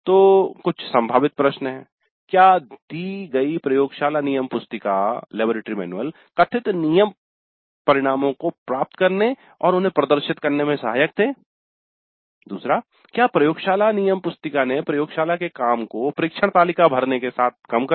तो कुछ संभावित प्रश्न हैं क्या दी गयी प्रयोगशाला नियम पुस्तिका कथित नियत परिणामों को प्राप्त करने और उन्हें प्रदर्शित करने में सहायक थे क्या प्रयोगशाला नियम पुस्तिका ने प्रयोगशाला के काम को 'प्रेक्षण तालिका भरने' के साथ कम कर दिया